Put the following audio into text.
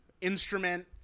instrument